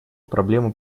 проблема